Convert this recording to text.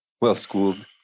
well-schooled